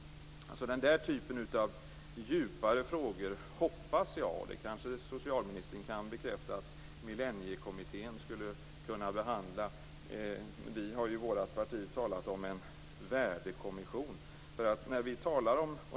Den där typen av djupare frågor hoppas jag - det kanske socialministern kan bekräfta - Millenniekommittén skulle kunna behandla. Vi har i vårt parti talat om en värdekommission.